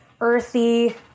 earthy